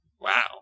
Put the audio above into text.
Wow